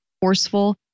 forceful